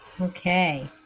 Okay